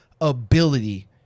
ability